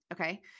Okay